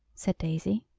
said daisy.